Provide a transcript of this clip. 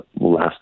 last